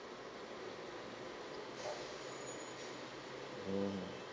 mm